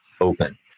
open